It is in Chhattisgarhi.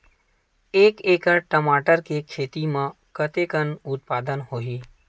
एक एकड़ टमाटर के खेती म कतेकन उत्पादन होही?